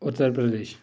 Uttar Pradesh